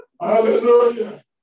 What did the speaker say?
Hallelujah